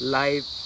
life